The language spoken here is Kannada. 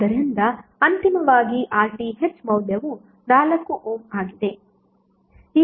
ಆದ್ದರಿಂದ ಅಂತಿಮವಾಗಿ RTh ಮೌಲ್ಯವು 4 ಓಮ್ ಆಗಿದೆ